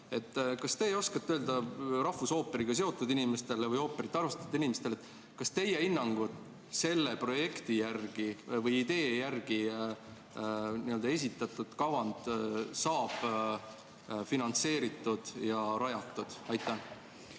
Kas teie oskate öelda rahvusooperiga seotud inimestele või ooperit armastavatele inimestele, kas teie hinnangul selle projekti või idee järgi esitatud kavand saab finantseeritud ja rajatud?